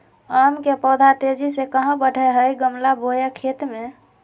आम के पौधा तेजी से कहा बढ़य हैय गमला बोया खेत मे?